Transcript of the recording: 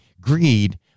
Greed